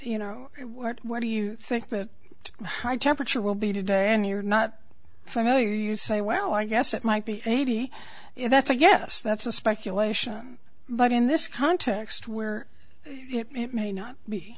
you know what do you think that high temperature will be today and you're not familiar you say well i guess it might be eighty that's a guess that's a speculation but in this context where it may not be